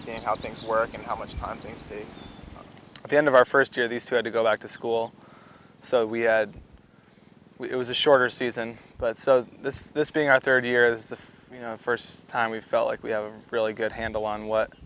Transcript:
know how things work and how much time things at the end of our first year these two had to go back to school so we had it was a shorter season but so this this being our third year is the first time we felt like we have a really good handle on what